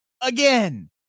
again